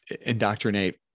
indoctrinate